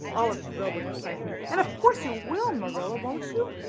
all athrill with excitement. and of course you will, marilla, won't you?